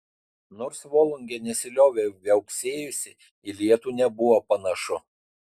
nors volungė nesiliovė viauksėjusi į lietų nebuvo panašu